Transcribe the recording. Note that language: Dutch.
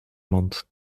mond